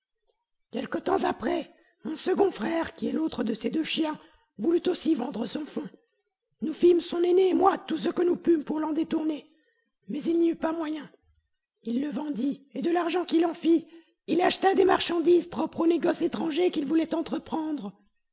quelque temps après mon second frère qui est l'autre de ces deux chiens voulut aussi vendre son fonds nous fîmes son aîné et moi tout ce que nous pûmes pour l'en détourner mais il n'y eut pas moyen il le vendit et de l'argent qu'il en fit il acheta des marchandises propres au négoce étranger qu'il voulait entreprendre